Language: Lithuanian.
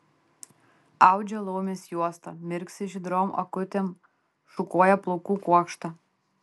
audžia laumės juostą mirksi žydrom akutėm šukuoja plaukų kuokštą